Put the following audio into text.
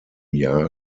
jahr